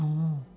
oh